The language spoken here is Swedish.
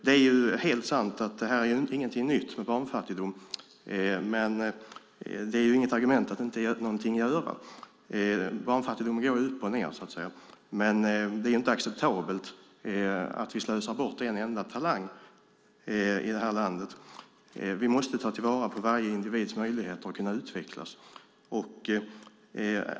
Det är helt sant att barnfattigdom inte är någonting nytt, men det är inget argument för att inte göra någonting mer. Barnfattigdomen går upp och ned, så att säga. Vi ska inte slösa bort en enda talang i det här landet. Vi måste ta vara på varje individs möjligheter att utvecklas.